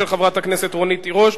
של חברת הכנסת רונית תירוש.